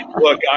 Look